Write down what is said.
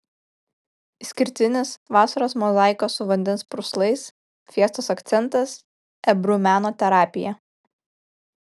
išskirtinis vasaros mozaikos su vandens purslais fiestos akcentas ebru meno terapija